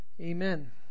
amen